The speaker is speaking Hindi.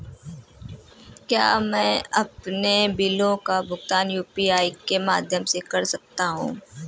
क्या मैं अपने बिलों का भुगतान यू.पी.आई के माध्यम से कर सकता हूँ?